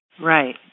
Right